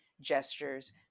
gestures